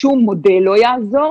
שום מודל לא יעזור,